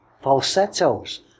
falsettos